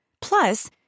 Plus